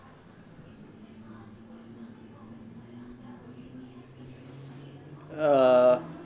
um